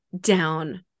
down